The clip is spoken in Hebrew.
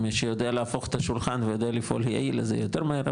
מי שיודע להפוך את השולחן ויודע לפעול מהיר אז זה יותר מהר,